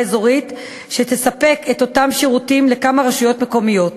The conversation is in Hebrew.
אזורית שתספק את אותם שירותים לכמה רשויות מקומיות.